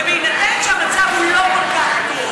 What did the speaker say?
ובהינתן שהמצב הוא לא כל כך טוב,